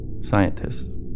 scientists